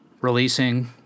releasing